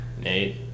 Nate